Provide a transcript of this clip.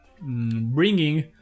bringing